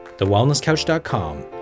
TheWellnessCouch.com